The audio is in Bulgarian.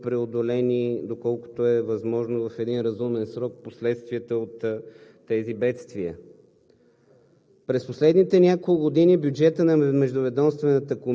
българските граждани, от една страна. От друга страна, да бъдат преодолени, доколкото е възможно, в един разумен срок последствията от тези бедствия.